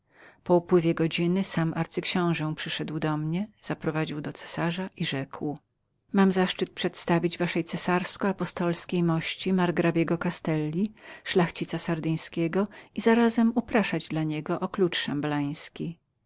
po upływie godziny sam arcyksiąże przyszedł do mnie zaprowadził do cesarza i rzekł mam zaszczyt przedstawienia waszej cesarsko apostolskiej mości margrabiego castelli szlachcica sardyńskiego i zarazem upraszania dla niego o klucz szambelański